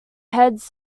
heads